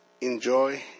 enjoy